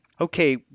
Okay